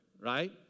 Right